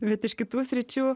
bet iš kitų sričių